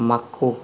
മക്കു